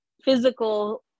physical